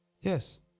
Yes